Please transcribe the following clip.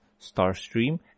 Starstream